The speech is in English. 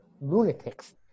lunatics